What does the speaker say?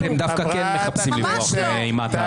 אתם דווקא כן מחפשים לברוח מאימת הדין.